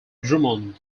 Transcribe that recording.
drummond